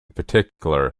particular